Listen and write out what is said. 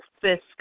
Fisk